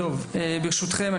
ברשותכם,